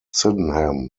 sydenham